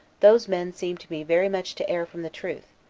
those men seem to me very much to err from the truth,